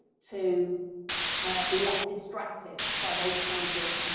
to be less distracted by those kinds of